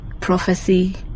prophecy